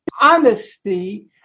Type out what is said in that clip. honesty